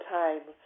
time